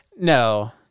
no